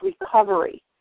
recovery